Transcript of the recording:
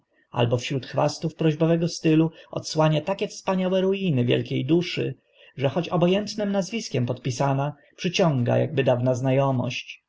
albo wśród chwastów prośbowego stylu odsłania takie wspaniałe ruiny wielkie duszy że choć obo ętnym nazwiskiem podpisana przyciąga akby dawna zna